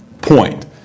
point